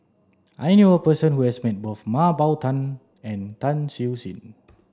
I knew a person who has met both Mah Bow Tan and Tan Siew Sin